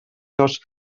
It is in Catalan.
los